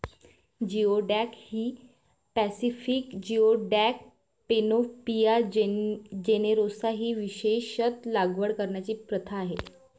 geoduck ही Pacific geoduck, Panopea generosa ही विशेषत लागवड करण्याची प्रथा आहे